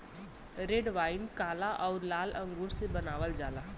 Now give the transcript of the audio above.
red wine काला आउर लाल अंगूर से बनावल जाला